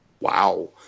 Wow